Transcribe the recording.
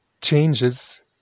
changes